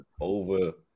over